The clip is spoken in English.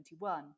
2021